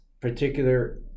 particular